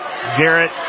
Garrett